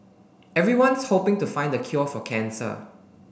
everyone's hoping to find the cure for cancer